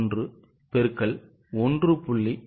1 X 1